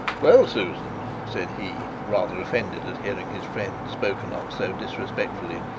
well, susan said he, rather offended at hearing his friend spoken of so disrespectfully,